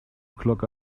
clog